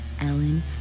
Ellen